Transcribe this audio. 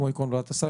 כמו עיקרון ועדת הסל.